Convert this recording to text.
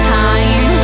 time